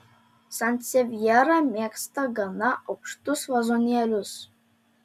sansevjera mėgsta gana aukštus vazonėlius